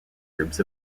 groups